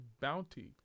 bounty